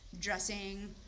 dressing